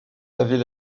avait